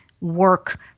work